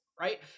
right